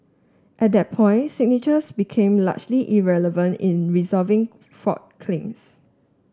at that point signatures became largely irrelevant in resolving fraud claims